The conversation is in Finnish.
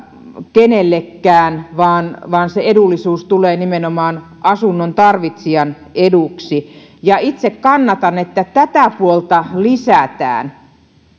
kenellekään vaan vaan se edullisuus tulee nimenomaan asunnon tarvitsijan eduksi itse kannatan että tätä puolta lisätään